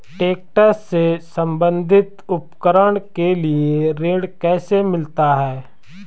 Tractor से संबंधित उपकरण के लिए ऋण कैसे मिलता है?